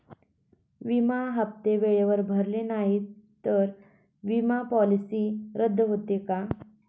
विमा हप्ते वेळेवर भरले नाहीत, तर विमा पॉलिसी रद्द होते का?